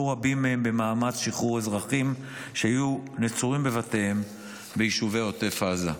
רבים מהם במאמץ לשחרור אזרחים שהיו נצורים בבתיהם ביישובי עוטף עזה.